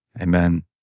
Amen